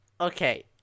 Okay